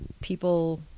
people